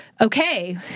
okay